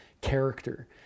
character